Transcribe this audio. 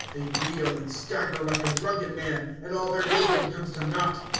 they reel and stagger like a drunken man. and all their wisdom comes to naught.